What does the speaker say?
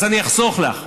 אז אני אחסוך לך,